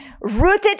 Rooted